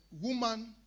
woman